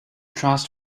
trust